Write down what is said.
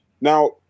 Now